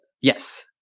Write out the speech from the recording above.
Yes